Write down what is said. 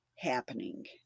happening